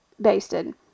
basted